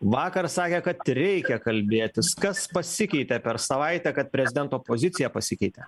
vakar sakė kad reikia kalbėtis kas pasikeitė per savaitę kad prezidento pozicija pasikeitė